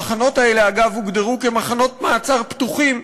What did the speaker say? המחנות האלה, אגב, הוגדרו כמחנות מעצר פתוחים,